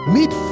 Meet